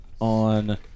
on